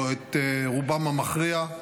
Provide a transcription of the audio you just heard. או את רובם המכריע,